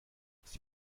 sie